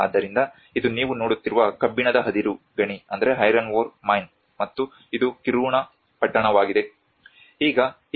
ಆದ್ದರಿಂದ ಇದು ನೀವು ನೋಡುತ್ತಿರುವ ಕಬ್ಬಿಣದ ಅದಿರು ಗಣಿ ಮತ್ತು ಇದು ಕಿರುನಾ ಪಟ್ಟಣವಾಗಿದೆ